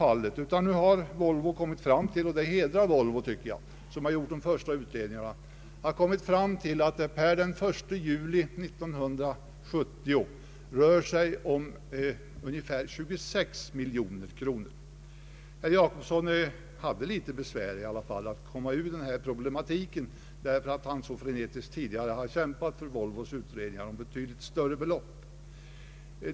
Volvo, som har gjort de första utredningarna, har kommit fram till — och det hedrar Volvo, tycker jag — att det per den 1 juli 1970 rör sig om ungefär 26 miljoner. Herr Gösta Jacobsson hade litet besvär med att komma ur den problematiken, han har ju tidigare frenetiskt kämpat för Volvos utredningar med ett betydligt större belopp.